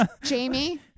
Jamie